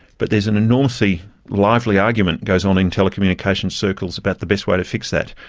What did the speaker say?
but there's an enormously lively argument goes on in telecommunication circles about the best way to fix that.